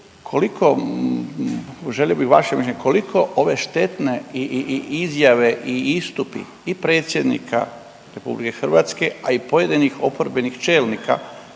koliko, želio bi vaše mišljenje, koliko ove štetne i izjave i istupi i predsjednika RH, a i pojedinih oporbenih čelnika